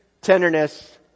tenderness